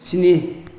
स्नि